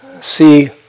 see